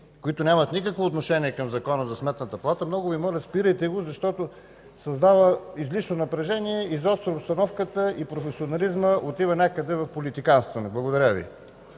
които нямат никакво отношение към Закона за Сметната палата, много Ви моля, спирайте го, защото създава излишно напрежение, изостря обстановката и професионализмът отива някъде в политиканстване. Благодаря Ви.